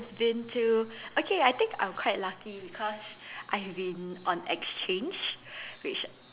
been to okay I think I'm quite lucky because I've been on exchange which